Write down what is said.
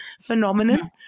phenomenon